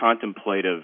contemplative